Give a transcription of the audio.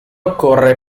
occorre